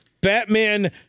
Batman